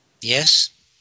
Yes